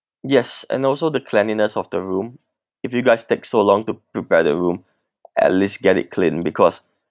yes and also the cleanliness of the room if you guys take so long to prepare the room at least get it clean because